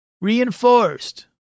reinforced